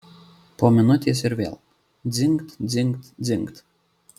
po minutės ir vėl dzingt dzingt dzingt